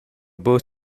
buca